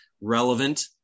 relevant